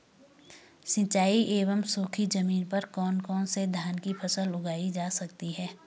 सिंचाई एवं सूखी जमीन पर कौन कौन से धान की फसल उगाई जा सकती है?